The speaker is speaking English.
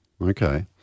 okay